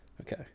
Okay